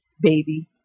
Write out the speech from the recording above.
baby